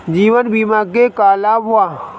जीवन बीमा के का लाभ बा?